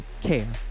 care